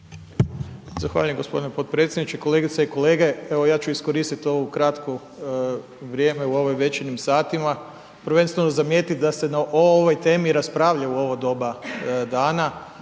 Zahvaljujem gospodine potpredsjedniče. Kolegice i kolege, evo ja ću iskoristi ovu kratku vrijeme u ovim večernjim satima, prvenstveno zamijetiti da se o ovoj temi, raspravlja o ovo doba dana,